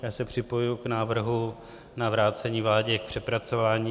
Já se připojuji k návrhu na vrácení vládě k přepracování.